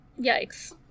yikes